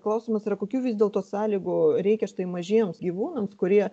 klausimas yra kokių vis dėlto sąlygų reikia štai mažiems gyvūnams kurie